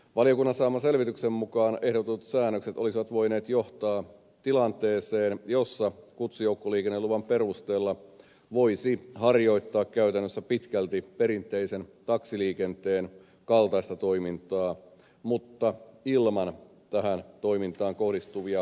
valiokunnan saaman selvityksen mukaan ehdotetut säännökset olisivat voineet johtaa tilanteeseen jossa kutsujoukkoliikenneluvan perusteella voisi harjoittaa käytännössä pitkälti perinteisen taksiliikenteen kaltaista toimintaa mutta ilman tähän toimintaan kohdistuvia velvoitteita